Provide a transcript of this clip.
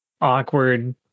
awkward